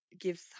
gives